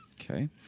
Okay